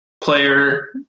player